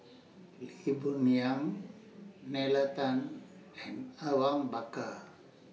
Lee Boon Yang Nalla Tan and Awang Bakar